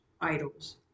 idols